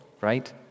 right